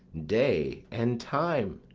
day, and time.